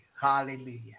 hallelujah